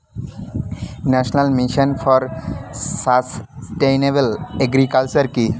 National mission for sustainable agriculture কি?